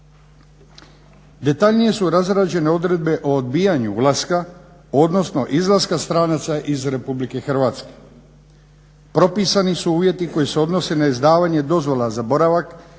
Detaljnije su razrađene odredbe o odbijanju ulaska, odnosno izlaska stranaca iz Republike Hrvatske. Propisani su uvjeti koji se odnose na izdavanje dozvola za boravak